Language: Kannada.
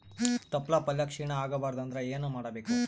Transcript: ತೊಪ್ಲಪಲ್ಯ ಕ್ಷೀಣ ಆಗಬಾರದು ಅಂದ್ರ ಏನ ಮಾಡಬೇಕು?